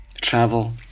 Travel